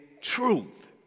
truth